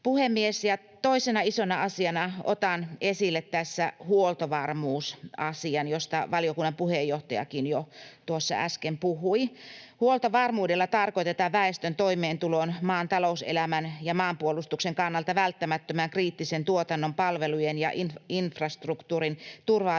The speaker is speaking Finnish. Toisena isona asiana otan esille tässä huoltovarmuusasian, josta valiokunnan puheenjohtajakin jo tuossa äsken puhui. Huoltovarmuudella tarkoitetaan väestön toimeentulon, maan talouselämän ja maanpuolustuksen kannalta välttämättömän kriittisen tuotannon, palvelujen ja infrastruktuurin turvaamista